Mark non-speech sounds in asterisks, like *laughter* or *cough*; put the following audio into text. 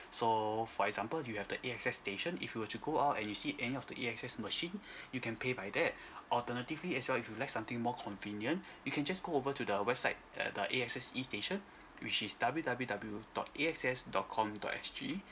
so for example you have the A_X_S station if you were to go out and you see any of the A_X_S machine *breath* you can pay by that *breath* alternatively as well if you'd like something more convenient you can just go over to the website uh the A_X_S e station which is W W W dot A X S dot com dot S G